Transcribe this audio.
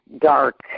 dark